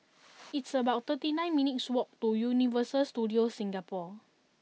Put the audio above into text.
it's about thirty nine minutes' walk to Universal Studios Singapore